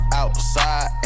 outside